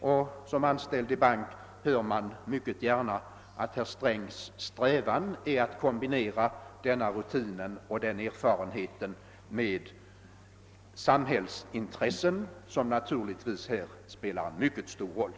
Såsom anställd i en bank hör man mycket gärna att herr Strängs strävan är att kombinera denna rutin och denna erfarenhet med samhällsintressen, som naturligtvis i detta sammanhang spelar en mycket stor roll.